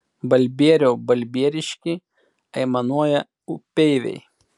balbieriau balbieriški aimanuoja upeiviai